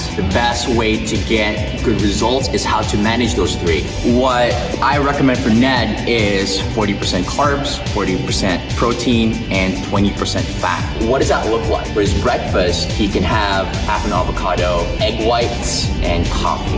the best way to get good results is how to manage those three. what i recommend for ned is forty per cent carbs, forty per cent protein, and twenty per cent fat. what does that look like? for his breakfast he can have half an avocado, egg whites and coffee.